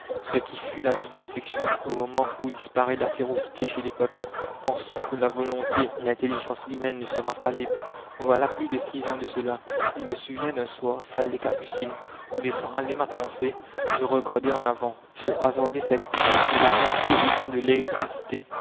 ce qui fut la vivisection au moment où disparaît la férocité chez les peuples pense-t-on que la volonté l'intelligence humaine ne sera pas libre voilà plus de six ans de cela il me souvient d'un soir salle des capucines où laissant aller ma pensée je regardais en avant je hasardai cette idée que la pensée étant de l'électricité